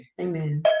Amen